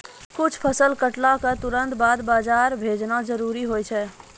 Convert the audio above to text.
कुछ फसल कटला क तुरंत बाद बाजार भेजना जरूरी होय छै